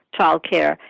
childcare